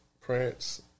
Prince